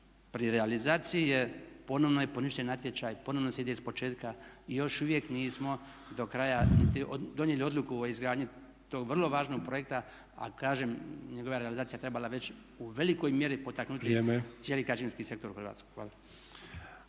pri realizaciji je, ponovno je poništen natječaj, ponovno se ide iz početka i još uvijek nismo do kraja niti donijeli odluku o izgradnji tog vrlo važnog projekta, a kažem njegova je realizacija trebala već u velikoj mjeri potaknuti … …/Upadica Sanader: Vrijeme./…